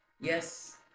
yes